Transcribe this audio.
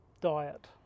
diet